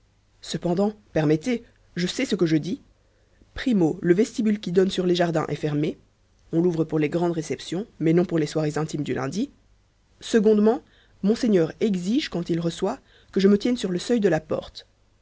cependant permettez je sais ce que je dis primo le vestibule qui donne sur les jardins est fermé on l'ouvre pour les grandes réceptions mais non pour les soirées intimes du lundi secondement monseigneur exige quand il reçoit que je me tienne sur le seuil de la porte